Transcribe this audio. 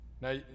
Now